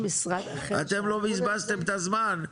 אתם לא בזבזתם את הזמן,